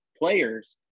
players